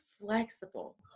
flexible